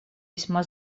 весьма